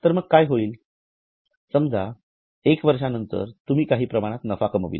तर मग काय होईल समाजा 1 वर्षानंतर तुम्ही काही प्रमाणात नफा कमावला